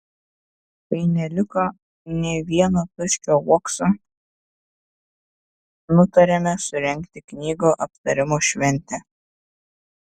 kai neliko nė vieno tuščio uokso nutarėme surengti knygų aptarimo šventę